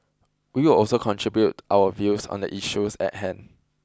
we will also contribute our views on the issues at hand